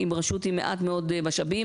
רשות עם מעט מאוד משאבים.